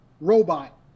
robot